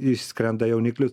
išskrenda jauniklius